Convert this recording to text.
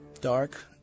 Dark